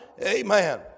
Amen